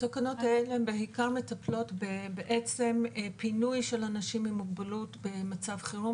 התקנות האלה בעיקר מטפלות בפינוי של אנשים עם מוגבלות במצב חירום,